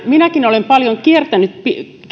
minäkin olen paljon kiertänyt